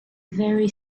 very